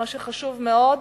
מה שחשוב מאוד,